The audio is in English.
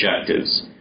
objectives